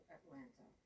Atlanta